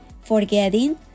forgetting